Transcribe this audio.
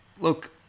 Look